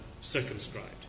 circumscribed